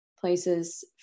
places